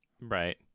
Right